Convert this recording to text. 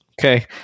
Okay